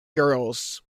girls